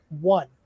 one